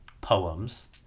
poems